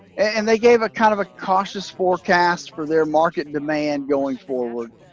and they gave a kind of a cautious forecast for their market demand going forward.